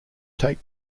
take